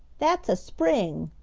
that's a spring,